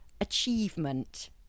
achievement